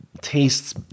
tastes